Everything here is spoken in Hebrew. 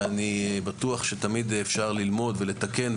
אני בטוח שתמיד אפשר ללמוד ולתקן,